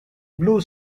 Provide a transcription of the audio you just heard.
blue